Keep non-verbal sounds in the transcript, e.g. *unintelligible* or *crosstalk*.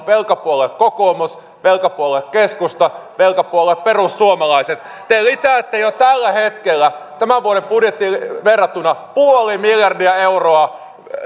*unintelligible* velkapuolue kokoomus velkapuolue keskusta velkapuolue perussuomalaiset te lisäätte velkaa jo tällä hetkellä tämän vuoden budjettiin verrattuna nolla pilkku viisi miljardia euroa